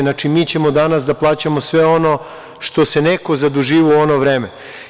Znači, mi ćemo danas da plaćamo sve ono što se neko zaduživao u ono vreme.